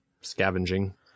scavenging